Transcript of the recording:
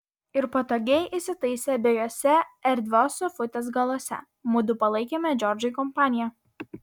ir patogiai įsitaisę abiejuose erdvios sofutės galuose mudu palaikėme džordžui kompaniją